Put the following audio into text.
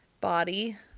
body